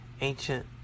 ancient